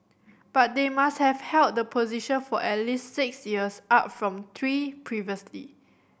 but they must have held the position for at least six years up from three previously